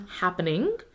happening